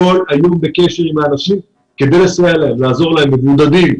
היום בקשר עם האנשים כדי לסייע להם ולעזור למבודדים,